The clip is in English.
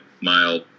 mile